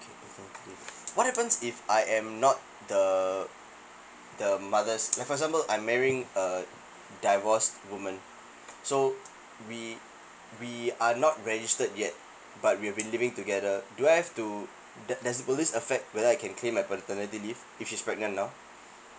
what happens if I am not the the mother's like for example I'm marrying a divorce woman so we we are not registered yet but we have been living together do I have to do~ does will this affect whether I can claim my paternity leave if she's pregnant now